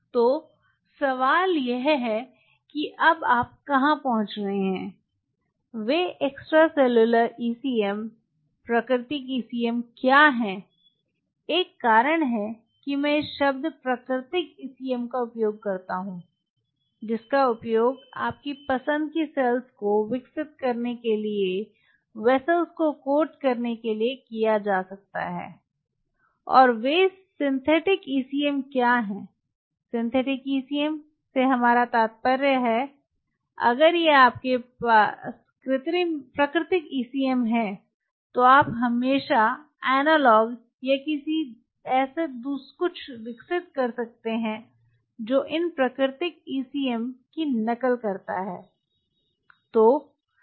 तो सवाल यह है कि अब आप कहां पहुँच रहे हैं वे एक्स्ट्रासेलुलर ईसीएम प्राकृतिक ईसीएम क्या हैं एक कारण है कि मैं इस शब्द प्राकृतिक ईसीएम का उपयोग करता हूं जिसका उपयोग आपकी पसंद की सेल्स को विकसित करने के लिए पत्रों को कोट करने के लिए किया जा सकता है और वे सिंथेटिक ईसीएम क्या हैं सिंथेटिक ईसीएम से हमारा क्या तात्पर्य है अगर ये आपके प्राकृतिक ईसीएम हैं तो आप हमेशा एनालॉग या ऐसा कुछ विकसित कर सकते हैं जो इन प्राकृतिक ईसीएम की नकल करता है